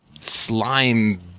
slime